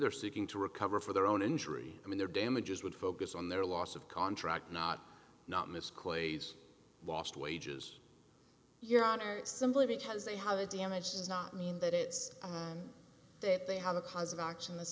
they're seeking to recover for their own injury i mean their damages would focus on their loss of contract not not miss clay's lost wages your honor simply because they have a damage does not mean that it's that they have a cause of action